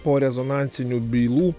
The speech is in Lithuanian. po rezonansinių bylų